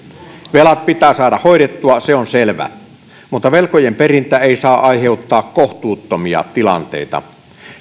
velat pitää saada hoidettua se on selvä mutta velkojen perintä ei saa aiheuttaa kohtuuttomia tilanteita